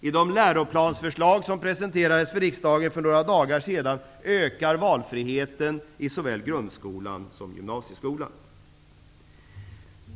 I de läroplansförslag som presenterades för riksdagen för några dagar sedan ökar valfriheten i såväl grundskolan som gymnasieskolan.